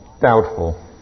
Doubtful